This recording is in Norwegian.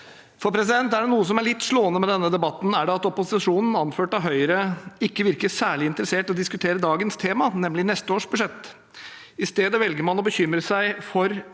sysselsetting. Er det noe som er litt slående med denne debatten, er det at opposisjonen, anført av Høyre, ikke virker særlig interessert i å diskutere dagens tema, nemlig neste års budsjett. I stedet velger man å bekymre seg for